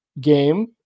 game